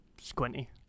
squinty